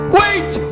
wait